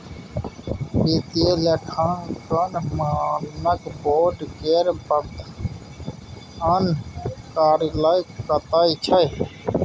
वित्तीय लेखांकन मानक बोर्ड केर प्रधान कार्यालय कतय छै